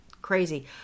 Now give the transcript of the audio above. crazy